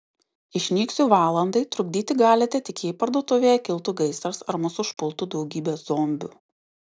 išnyksiu valandai trukdyti galite tik jei parduotuvėje kiltų gaisras ar mus užpultų daugybė zombių